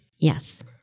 Yes